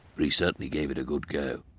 but he certainly gave it a good go.